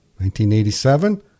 1987